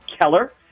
Keller